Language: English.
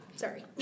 Sorry